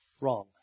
Wrong